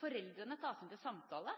Foreldrene tas inn til samtale,